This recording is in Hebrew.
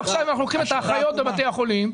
השאלה אם עכשיו אנחנו לוקחים את האחיות בבתי החולים,